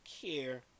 care